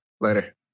Later